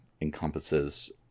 encompasses